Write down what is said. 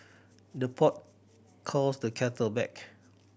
the pot calls the kettle back